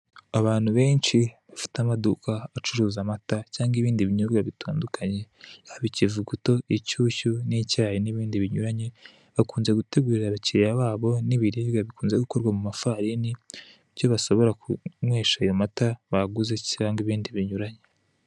Abantu benshi bafite amaduka acuruza amata cyangwa ibindi binyobwa bitandukanye yaba ikivuguto, inshyushyu n'icyayi n'ibindi binyuranye bakunze gutegurira abakiliya babo n'ibiribwa bikunze ukorwa mu mafarini icyo bashobora kunywesha ayo mata ndetse n'ibindi biribwa binyuranye.